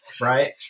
right